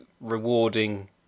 rewarding